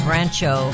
Rancho